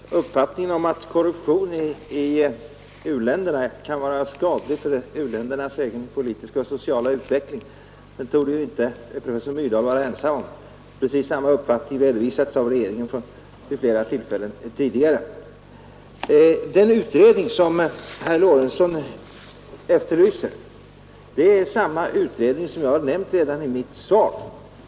Herr talman! Uppfattningen att korruption i u-länderna är skadlig för u-ländernas egen politiska och sociala utveckling torde professor Myrdal inte vara ensam om. Regeringen har vid flera tillfällen tidigare redovisat precis samma uppfattning. Den utredning som herr Lorentzon här efterlyser är samma utredning som jag nämnt om i mitt svar.